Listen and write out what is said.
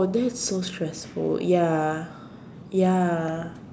that is so stressful ya ya